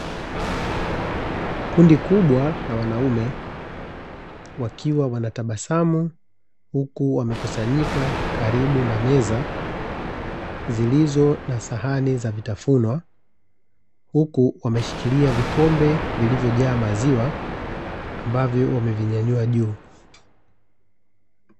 Kundi kubwa la wanaume wakiwa wanatabasamu huku wamekusanyika karibu na meza zilizo na sahani za vitafunwa, huku wameshikilia vikombe vilivyojaa maziwa ambavyo wamevinyanyua juu.